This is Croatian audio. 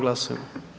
Glasujmo.